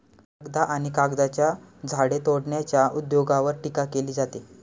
लगदा आणि कागदाच्या झाडे तोडण्याच्या उद्योगावर टीका केली जाते